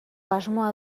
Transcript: asmoa